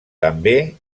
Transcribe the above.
també